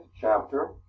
chapter